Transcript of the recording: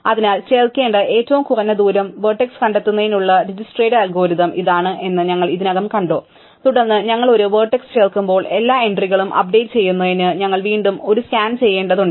അതിനാൽ ചേർക്കേണ്ട ഏറ്റവും കുറഞ്ഞ ദൂരം വെർട്ടെക്സ് കണ്ടെത്തുന്നതിനുള്ള ഡിജക്സ്ട്രയുടെ അൽഗോരിതം ഇതാണ് എന്ന് ഞങ്ങൾ ഇതിനകം കണ്ടു തുടർന്ന് ഞങ്ങൾ ഒരു വെർട്ടെക്സ് ചേർക്കുമ്പോൾ എല്ലാ എൻട്രികളും അപ്ഡേറ്റ് ചെയ്യുന്നതിന് ഞങ്ങൾ വീണ്ടും ഒരു സ്കാൻ ചെയ്യേണ്ടതുണ്ട്